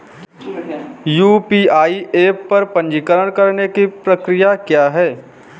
UPI app पर पंजीकरण करने की प्रक्रिया क्या है?